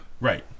Right